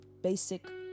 basic